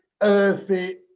earthy